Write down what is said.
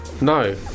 No